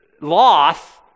loss